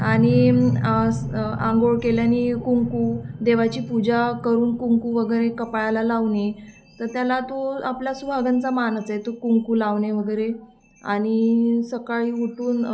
आणि आंघोळ केल्याने कुंकू देवाची पूजा करून कुंकू वगैरे कपाळाला लावणे तर त्याला तो आपला सुहागनचा मानच आहे तो कुंकू लावणे वगैरे आणि सकाळी उठून